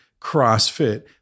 CrossFit